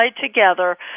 together